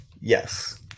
yes